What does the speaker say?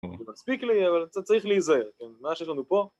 זה מספיק לי אבל צריך להיזהר מה שיש לנו פה